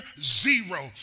zero